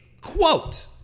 quote